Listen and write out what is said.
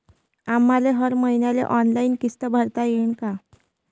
आम्हाले हर मईन्याले ऑनलाईन किस्त भरता येईन का?